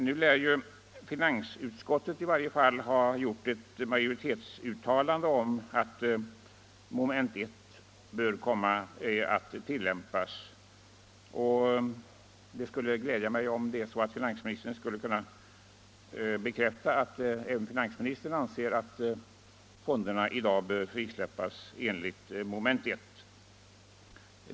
Nu lär i varje fall finansutskottet ha gjort ett majoritetsuttalande om att mom. 1 bör komma att tillämpas, och det skulle glädja mig om finansministern kunde bekräfta att även finansministern anser att fonderna i dag bör frisläppas enligt mom. 1.